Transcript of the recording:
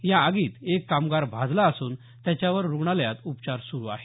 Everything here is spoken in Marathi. या आगीत एक कामगार भाजला असून त्याच्यावर रूग्णालयात उपचार सुरू आहेत